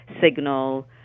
signal